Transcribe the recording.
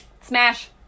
smash